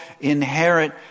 inherit